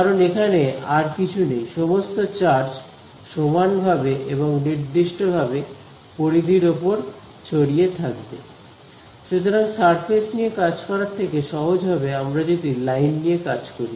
কারণ এখানে আর কিছু নেই সমস্ত চার্জ সমানভাবে এবং নির্দিষ্ট ভাবে পরিধির ওপর ছড়িয়ে থাকবে সুতরাং সারফেস নিয়ে কাজ করার থেকে সহজ হবে আমরা যদি লাইন নিয়ে কাজ করি